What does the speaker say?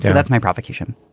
that's my provocation,